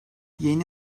yeni